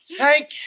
Thank